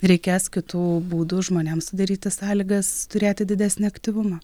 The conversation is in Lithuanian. reikės kitų būdų žmonėms sudaryti sąlygas turėti didesnį aktyvumą